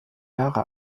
jahre